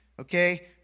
okay